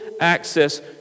access